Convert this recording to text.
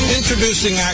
Introducing